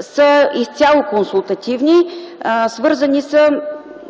са изцяло консултативни, свързани са